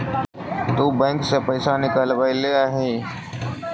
तु बैंक से पइसा निकलबएले अइअहिं